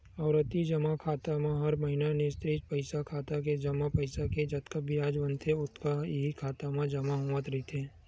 आवरती जमा खाता म हर महिना निस्चित पइसा खाता के जमा पइसा के जतका बियाज बनथे ततका ह इहीं खाता म जमा होवत रहिथे